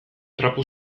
trapu